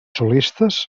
solistes